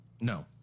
No